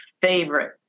favorite